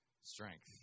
strength